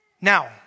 Now